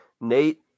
Nate